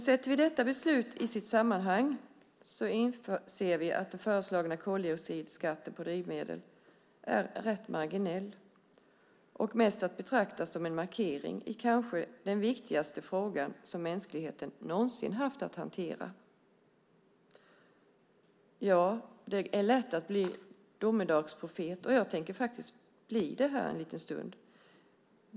Sätter vi detta beslut i sitt sammanhang inser vi att den föreslagna koldioxidskatten på drivmedel är rätt marginell och mer att betrakta som en markering i den kanske viktigaste frågan som mänskligheten någonsin haft att hantera. Det är lätt att bli domedagsprofet, och jag tänker bli det här en liten stund.